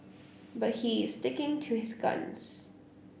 but he is sticking to his guns